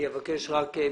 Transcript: אני אבקש רק ממך,